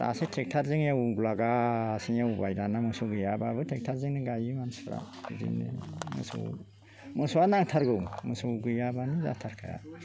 दासो थेकटारजों एवलागासिनो एवबाय दाना मोसौ गैयाबाबो थेकटारजोंनो गायो मानसिफ्रा थेकटारजोंनो मोसौ मोसौआ नांथारगौ मोसौ गैयाबानो जाथारखाया